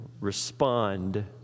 respond